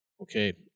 okay